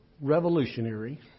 Revolutionary